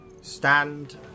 stand